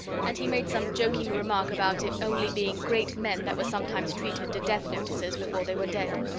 and he made some joking remark about it only being great men that were sometimes treated to death-notices before they were dead.